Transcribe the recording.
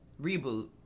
reboot